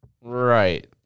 Right